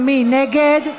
מי נגד?